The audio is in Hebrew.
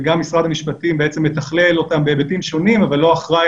וגם משרד המשפטים בעצם מתכלל אותם בהיבטים שונים אבל לא אחראי